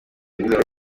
inzara